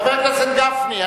חבר הכנסת גפני,